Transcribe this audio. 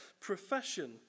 profession